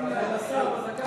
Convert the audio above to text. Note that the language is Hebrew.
ועדת חינוך.